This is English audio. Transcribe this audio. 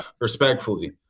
Respectfully